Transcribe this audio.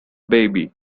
baby